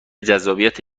جذابیت